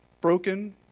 broken